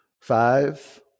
Five